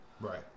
Right